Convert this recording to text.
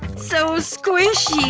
so squishy.